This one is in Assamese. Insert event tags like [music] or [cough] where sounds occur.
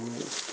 [unintelligible]